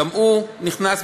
גם הוא ייכנס,